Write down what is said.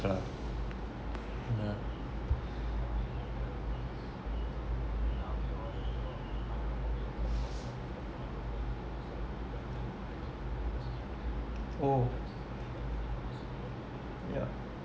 yeah oh ya